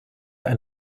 ein